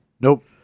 Nope